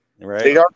right